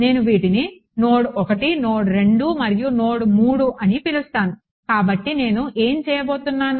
నేను వీటిని node 1 node 2 మరియు నోడ్ 3 అని పిలుస్తాను కాబట్టి నేను ఏమి చేయబోతున్నాను